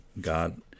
God